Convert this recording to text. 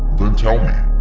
then tell me,